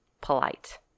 polite